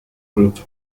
group